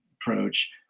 approach